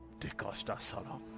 d'costa? are so but